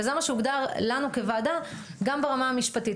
וזה מה שהוגדר לנו כוועדה גם ברמה המשפטית.